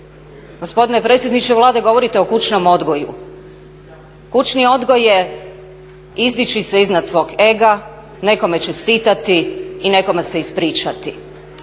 Gospodine predsjedniče Vlade govorite o kućnom odgoju. Kućni odgoj je izdići se iznad svog ega, nekome čestitati i nekome se ispričati.